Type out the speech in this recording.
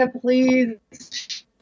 please